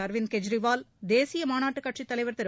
அரவிந்த் கெஜ்ரிவால் தேசிய மாநாட்டுக் கட்சித் தலைவர் திரு